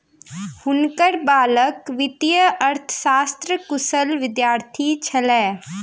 हुनकर बालक वित्तीय अर्थशास्त्रक कुशल विद्यार्थी छलाह